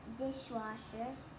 dishwashers